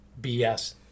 BS